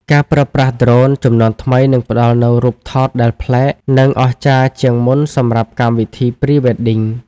ការប្រើប្រាស់ដ្រូន ជំនាន់ថ្មីនឹងផ្ដល់នូវរូបថតដែលប្លែក និងអស្ចារ្យជាងមុនសម្រាប់កម្មវិធី Pre-wedding។